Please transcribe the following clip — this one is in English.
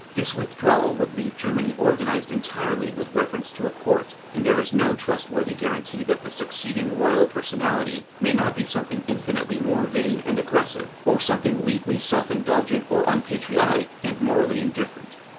this withdrawal would leave germany organized entirely with reference to a court, and there is no trustworthy guarantee that the succeeding royal personality may not be something infinitely more vain and aggressive, or something weakly self-indulgent or unpatriotic and morally indifferent.